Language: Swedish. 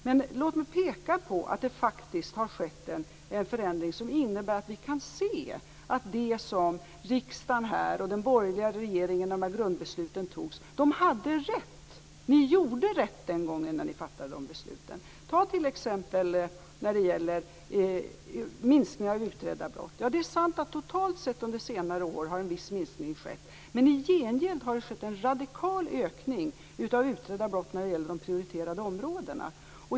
Men låt mig peka på att det faktiskt har skett en förändring som innebär att vi kan se att riksdagen och den borgerliga regeringen hade rätt när grundbesluten fattades! Ni gjorde rätt den gången ni fattade besluten. Tag t.ex. minskningen av utredda brott. Det är sant att en viss minskning totalt sett har skett under senare år. Men i gengäld har det skett en radikal ökning av utredda brott på de prioriterade områdena.